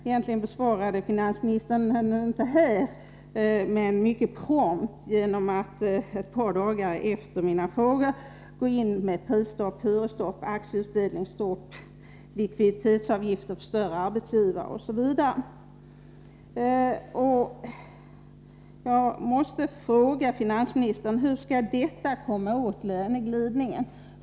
Finansministern besvarade den egentligen inte här — men mycket prompt, genom att ett par dagar efter mina frågor gå in med prisstopp, hyresstopp och aktieutdelningsstopp, likviditetsavgifter för större arbetsgivare osv. Jag måste fråga finansministern: Hur skall detta komma åt löneglidningen?